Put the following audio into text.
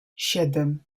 siedem